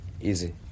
easy